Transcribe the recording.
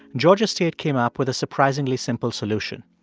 georgia state came up with a surprisingly simple solution.